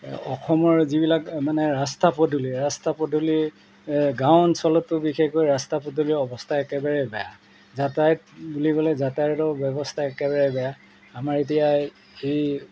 অসমৰ যিবিলাক মানে ৰাস্তা পদূলি ৰাস্তা পদূলি গাঁও অঞ্চলতো বিশেষকৈ ৰাস্তা পদূলিৰ অৱস্থা একেবাৰে বেয়া যাতায়ত বুলিবলৈ যাতায়াতৰ ব্যৱস্থা একেবাৰে বেয়া আমাৰ এতিয়া এই